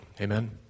Amen